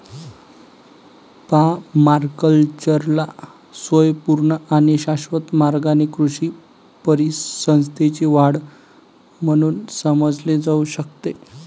पर्माकल्चरला स्वयंपूर्ण आणि शाश्वत मार्गाने कृषी परिसंस्थेची वाढ म्हणून समजले जाऊ शकते